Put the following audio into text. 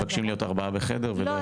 הם מבקשים להיות ארבעה בחדר ולא אחד?